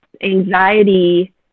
anxiety